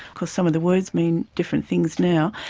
course, some of the words mean different things now.